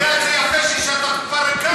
לא, אבל אתה יודע יפה שהשארת קופה ריקה.